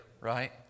right